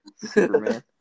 Superman